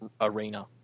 arena